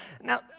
Now